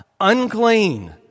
unclean